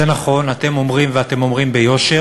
זה נכון, אתם אומרים, וביושר,